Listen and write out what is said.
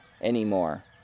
anymore